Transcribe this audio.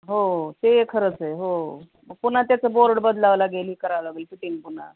हो ते खरंच आहे हो पुन्हा त्याचं बोर्ड बदलावं लागेल हे करावं लागेल फिटिंग पुन्हा